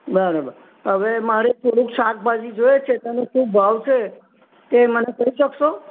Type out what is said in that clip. બરોબર હવે મારે થોડુંક શાકભાજી જોઈએ છે તમે શું ભાવ છે તે મને કહી શકશો